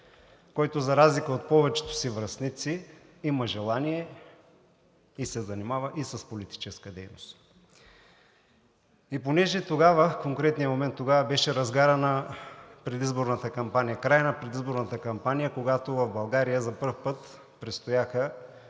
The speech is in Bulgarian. който, за разлика от повечето си връстници, има желание и се занимава и с политическа дейност. И понеже тогава, конкретният момент тогава беше разгарът на предизборната кампания, краят на предизборната кампания, когато в България за пръв път предстояха